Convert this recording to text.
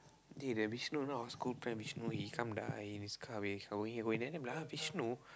dey that Vishnu you know our school friend Vishnu he come he come kao peh kao bu !huh! Vishnu